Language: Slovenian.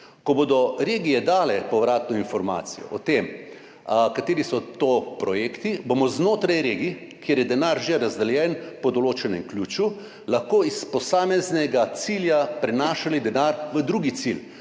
Ko bodo regije dale povratno informacijo o tem, kateri projekti so to, bomo znotraj regij, kjer je denar že razdeljen, po določenem ključu lahko iz posameznega cilja prenašali denar v drugi cilj,